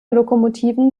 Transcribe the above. lokomotiven